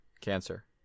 Cancer